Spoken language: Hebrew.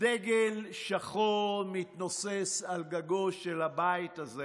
דגל שחור מתנוסס על גגו של הבית הזה